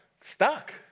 stuck